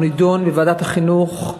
הוא נדון בוועדת החינוך,